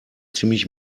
ziemlich